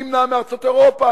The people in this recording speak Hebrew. נמנע מארצות אירופה,